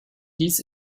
dies